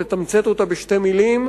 לתמצת אותה בשתי מלים,